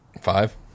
Five